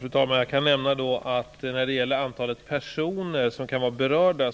Fru talman! Jag kan inte lämna något exakt besked om antalet personer som kan vara berörda.